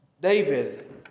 David